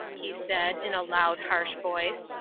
he said in a loud, harsh voice.